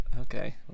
Okay